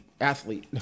athlete